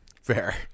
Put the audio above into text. Fair